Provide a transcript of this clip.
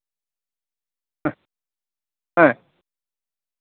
ᱦᱮᱸ